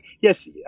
yes